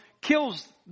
kills